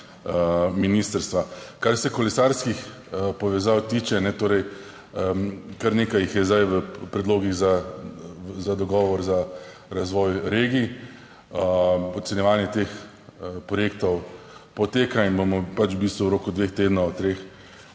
ministrstva. Kar se kolesarskih povezav tiče, torej kar nekaj jih je zdaj v predlogih za dogovor za razvoj regij. Ocenjevanje teh projektov poteka in bomo v bistvu v roku dveh tednov, treh